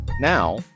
Now